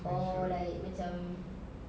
or like macam